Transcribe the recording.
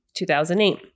2008